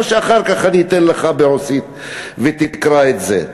או שאחר כך אני אתן לך ברוסית ותקרא את זה.